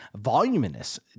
voluminous